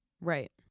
Right